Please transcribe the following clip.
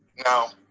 now,